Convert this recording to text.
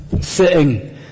sitting